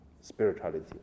spirituality